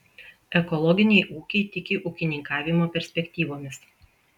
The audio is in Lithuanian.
ekologiniai ūkiai tiki ūkininkavimo perspektyvomis